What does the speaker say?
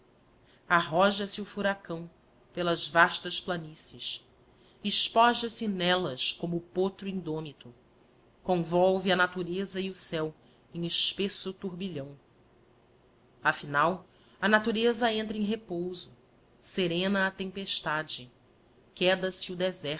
africa arroja se o furacão pelas vastas planícies espoja se nellas como o potro indómito convolve a terra e o céu em espesso turbilhão afinal a natureza entra em repouso serena a tempestade queda se o